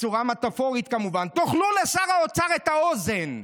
בצורה מטפורית, כמובן, תאכלו לשר האוצר את האוזן.